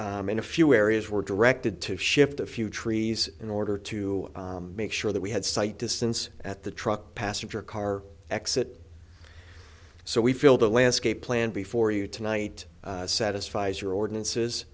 also in a few areas were directed to shift a few trees in order to make sure that we had sight distance at the truck passenger car exit so we feel the landscape plan before you tonight satisfies your ordinances